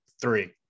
three